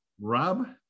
Rob